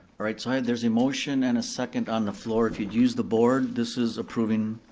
alright, so there's a motion and a second on the floor, if you'd use the board, this is approving